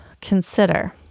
consider